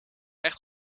echt